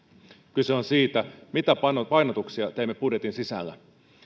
kyse on siitä mitä painotuksia teemme budjetin sisällä